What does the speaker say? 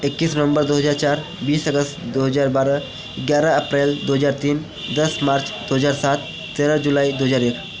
इक्कीस नवम्बर दो हज़ार चार बीस अगस्त दो हज़ार बारह ग्यारह अप्रैल दो हज़ार तीन दस मार्च दो हज़ार सात तेरह जुलाई दो हज़ार एक